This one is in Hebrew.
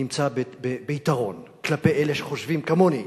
נמצא ביתרון כלפי אלה שחושבים, כמוני,